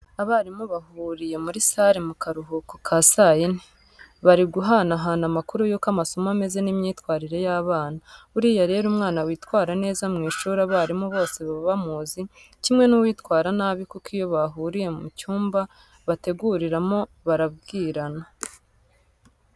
Abarimu bahuriye muri sale mu karuhuko ka saa yine, bari guhana hana amakuru y'uko amasomo ameze n'imyitwarire y'abana. Buriya rero umwana witwara neza mu ishuri abarimu bose baba bamuzi kimwe n'uwitwara nabi kuko iyo bahuriye mu cyumba bateguriramo barabibwirana.